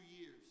years